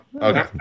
Okay